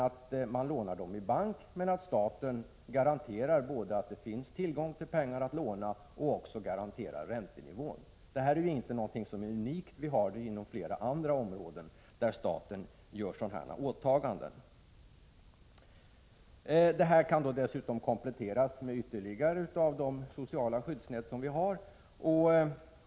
1986/87:17 Dessa lån tas i bank, men staten skall garantera både tillgången till pengar att 3 november 1986 låna och räntenivån. Detta är inte något unikt — det förekommer inom flera andra områden att staten gör sådana åtaganden. I Denna ekonomiska lösning kan sedan kompletteras med delaktighet i det | sociala skyddsnät som vi har.